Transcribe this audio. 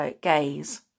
gaze